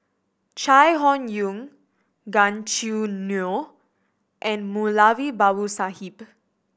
Chai Hon Yoong Gan Choo Neo and Moulavi Babu Sahib